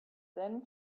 then